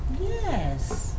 Yes